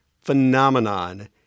phenomenon